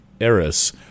Eris